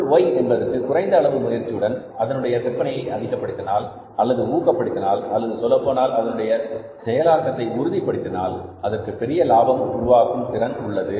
பொருள் Y என்பதற்கு குறைந்த அளவு முயற்சியுடன் அதனுடைய விற்பனையை அதிகப்படுத்தினால் அல்லது ஊக்கப்படுத்தினால் அல்லது சொல்லப்போனால் அதனுடைய செயலாக்கத்தை உறுதிப்படுத்தினால் அதற்கு பெரிய லாபம் உருவாக்கும் திறன் உள்ளது